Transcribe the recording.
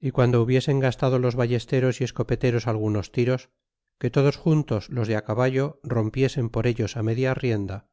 y piando hubiesen gastado los ballesteros y escopeteros algunos tiros que todos juntos los de caballo rompiesen por ellos media rienda